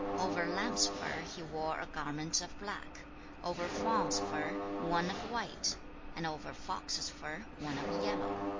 over lamb's fur he wore a garment of black over fawn's fur one of white and over fox's fur one of yellow.